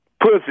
Pussy